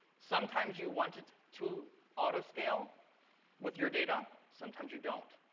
sometimes you want it to autoscale with your data, sometimes you don't.